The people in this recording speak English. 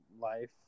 life